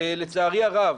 לצערי הרב,